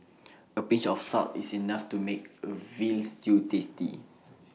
A pinch of salt is enough to make A Veal Stew tasty